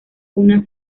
una